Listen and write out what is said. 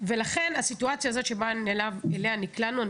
ולכן אני חושבת שהסיטואציה הזאת שאליה נקלענו,